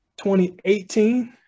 2018